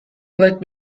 let